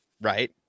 Right